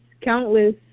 countless